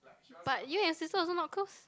but you and your sister also not close